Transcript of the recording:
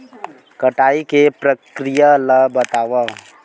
कटाई के प्रक्रिया ला बतावव?